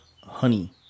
Honey